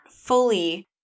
fully